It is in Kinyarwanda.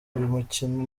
mukino